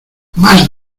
más